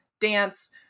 dance